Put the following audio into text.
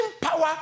power